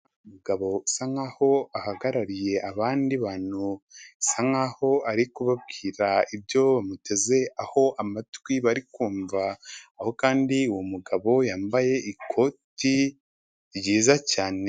Umugabo usa nk'aho ahagarariye abandi bantu, bisa nk'aho ari kubabwira ibyo bamuteze aho amatwi bari kumva, aho kandi uwo mugabo yambaye ikoti ryiza cyane.